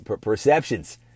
perceptions